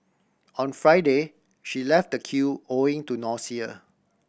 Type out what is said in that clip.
on Friday she left the queue owing to nausea